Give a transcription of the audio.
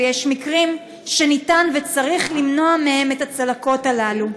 ויש מקרים שבהם אפשר וצריך למנוע מהם את הצלקות האלה.